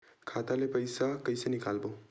खाता ले पईसा कइसे निकालबो?